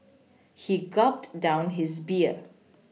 he gulped down his beer